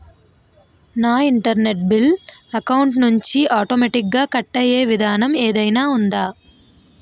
నా internet bill account లోంచి automatic గా కట్టే విధానం ఏదైనా ఉందా?